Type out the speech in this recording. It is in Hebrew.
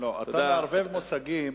לא, אתה מערבב מושגים.